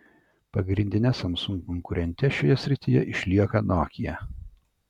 pagrindine samsung konkurente šioje srityje išlieka nokia